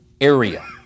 area